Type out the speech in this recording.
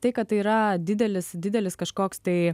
tai kad tai yra didelis didelis kažkoks tai